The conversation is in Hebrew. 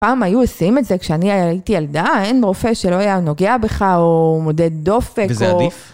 פעם היו עושים את זה כשאני הייתי ילדה, אין רופא שלא היה נוגע בך, או מודד דופק. וזה עדיף.